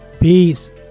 peace